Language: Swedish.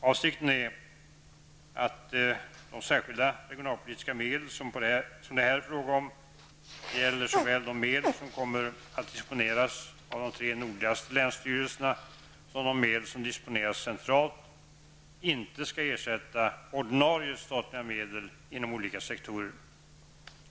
Avsikten är att de särskilda regionalpolitiska medel som det här är fråga om, det gäller såväl de medel som kommer att disponeras av de tre nordligaste länsstyrelserna som de medel som disponeras centralt, inte skall ersätta ordinarie statliga medel inom olika sektorer.